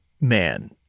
man